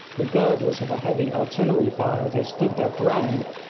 regardless of a heavy artillery fire they stood their ground,